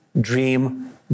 dream